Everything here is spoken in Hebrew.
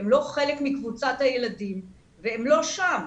הם לא חלק מקבוצת הילדים והם לא שם.